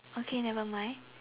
okay never mind